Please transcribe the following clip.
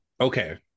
okay